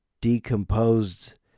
decomposed